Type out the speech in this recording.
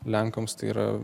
lenkams tai yra